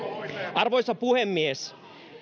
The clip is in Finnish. arvoisa puhemies